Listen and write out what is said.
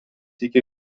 iki